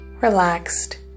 relaxed